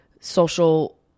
social